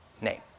name